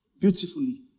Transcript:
Beautifully